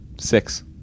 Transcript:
six